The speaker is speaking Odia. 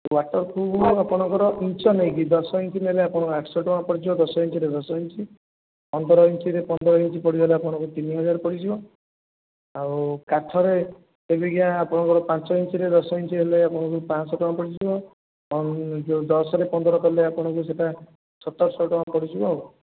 ୱାଟର୍ ପୃଫ୍ ଆପଣଙ୍କର ଇଞ୍ଚ୍ ନେଇକି ଦଶ ଇଞ୍ଚ୍ ନେଲେ ଆପଣଙ୍କର ଆଠଶ ଟଙ୍କା ପଡ଼ିଯିବ ଦଶ ଇଞ୍ଚ୍ରେ ଦଶ ଇଞ୍ଚ୍ ପନ୍ଦର ଇଞ୍ଚ୍ରେ ପନ୍ଦର ଇଞ୍ଚ୍ ପଡ଼ିଗଲେ ଆପଣଙ୍କୁ ତିନି ହଜାର ପଡ଼ିଯିବ ଆଉ କାଠରେ ଆପଣଙ୍କର ପାଞ୍ଚ ଇଞ୍ଚ୍ରେ ଦଶ ଇଞ୍ଚ୍ ହେଲେ ଆପଣଙ୍କୁ ପାଞ୍ଚ ଶହ ଟଙ୍କା ପଡ଼ିଯିବ ଯେଉଁ ଦଶରେ ପନ୍ଦର କଲେ ଆପଣଙ୍କୁ ସେଇଟା ସତରଶହ ଟଙ୍କା ପଡ଼ିଯିବ ଆଉ